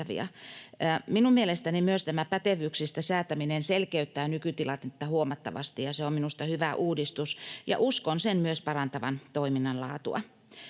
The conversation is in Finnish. Minun mielestäni myös tämä pätevyyksistä säätäminen selkeyttää nykytilannetta huomattavasti, ja se on minusta hyvä uudistus, ja uskon sen myös parantavan toiminnan laatua.